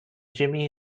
jimmy